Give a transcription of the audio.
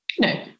No